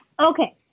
Okay